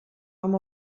amb